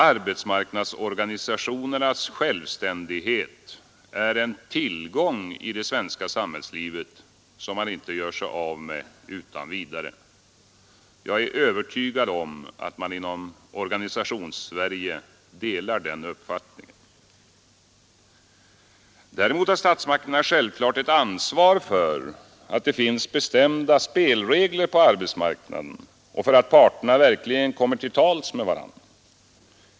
Arbetsmarknadsorganisationernas självständighet är en tillgång i det svenska samhällslivet, som man inte gör sig av med utan vidare. Jag är övertygad om att man inom Organisationssverige delar den uppfattningen. Däremot har statsmakterna självfallet ett ansvar för att det finns bestämda ”spelregler” på arbetsmarknaden och för att parterna verkligen kommer till tals med varandra.